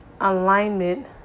alignment